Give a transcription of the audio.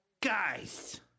Guys